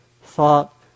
thought